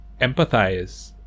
empathize